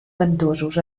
ventosos